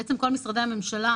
בעצם כל משרדי הממשלה,